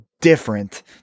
Different